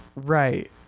Right